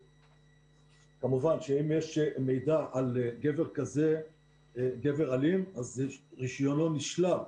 כמובן שאם יש מידע על גבר אלים, רישיונו נשלל.